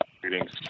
Greetings